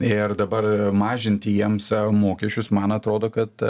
ir dabar mažinti jiems mokesčius man atrodo kad